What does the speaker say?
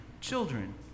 children